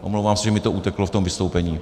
Omlouvám se, že mi to uteklo v tom vystoupení.